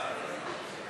לסעיף 1 לא